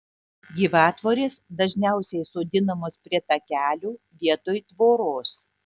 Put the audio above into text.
gyvatvorės dažniausiai sodinamos prie takelių vietoj tvoros